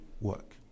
work